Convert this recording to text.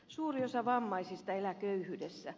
suuri osa vammaisista elää köyhyydessä